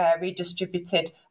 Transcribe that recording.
redistributed